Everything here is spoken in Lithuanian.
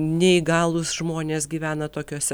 neįgalūs žmonės gyvena tokiuose